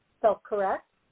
self-correct